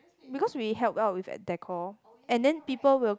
because we help out with at decor and then people will